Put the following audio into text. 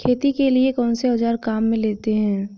खेती के लिए कौनसे औज़ार काम में लेते हैं?